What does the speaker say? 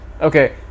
Okay